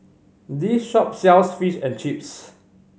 this shop sells Fish and Chips